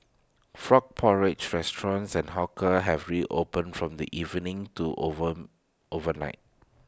frog porridge restaurants and hawkers have reopened from evening to over over night